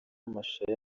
amashusho